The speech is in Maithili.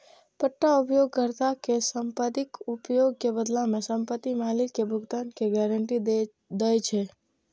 पट्टा उपयोगकर्ता कें संपत्तिक उपयोग के बदला मे संपत्ति मालिक कें भुगतान के गारंटी दै छै